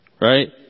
right